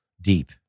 deep